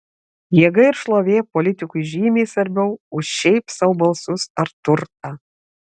jėga ir šlovė politikui žymiai svarbiau už šiaip sau balsus ar turtą